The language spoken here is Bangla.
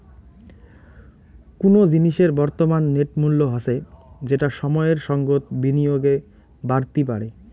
কুনো জিনিসের বর্তমান নেট মূল্য হসে যেটা সময়ের সঙ্গত বিনিয়োগে বাড়তি পারে